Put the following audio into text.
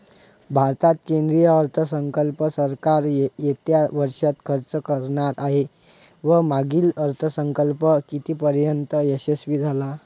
भारतात केंद्रीय अर्थसंकल्प सरकार येत्या वर्षात खर्च करणार आहे व मागील अर्थसंकल्प कितीपर्तयंत यशस्वी झाला